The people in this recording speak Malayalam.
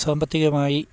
സാമ്പത്തികമായി